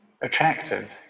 attractive